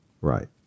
Right